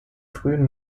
frühen